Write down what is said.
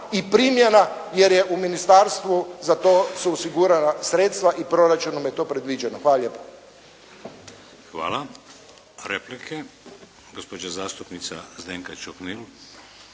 i primjena, jer je u ministarstvu za to su osigurana sredstva i proračunom je to predviđeno. Hvala lijepa. **Šeks, Vladimir (HDZ)** Hvala. Replike. Gospođa zastupnica Zdenka Čuhnil.